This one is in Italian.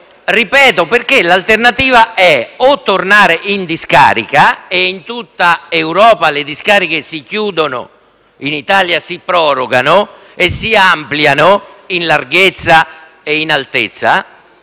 Ripeto, l'alternativa è tornare in discarica (e in tutta Europa le discariche si chiudono, mentre in Italia si prorogano e si ampliano, in larghezza e in altezza)